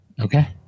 Okay